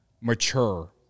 mature